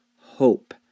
hope